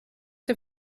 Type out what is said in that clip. dem